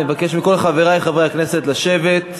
אני מבקש מכל חברי חברי הכנסת לשבת.